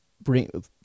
bring